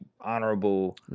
honorable